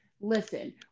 listen